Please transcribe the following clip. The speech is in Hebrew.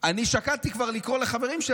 אני כבר שקלתי לקרוא לחברים שלי,